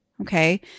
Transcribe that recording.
Okay